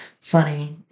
funny